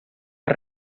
per